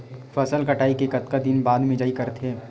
फसल कटाई के कतका दिन बाद मिजाई करथे?